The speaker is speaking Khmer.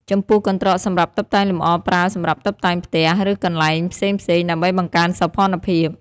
ចំពោះកន្ត្រកសម្រាប់តុបតែងលម្អប្រើសម្រាប់តុបតែងផ្ទះ ឬកន្លែងផ្សេងៗដើម្បីបង្កើនសោភ័ណភាព។